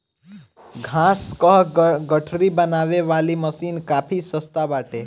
घास कअ गठरी बनावे वाली मशीन काफी सस्ता बाटे